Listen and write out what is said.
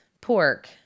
pork